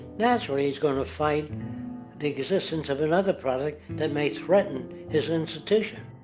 that's where he's going to fight the existence of another product that may threaten his institution.